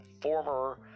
former